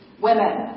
women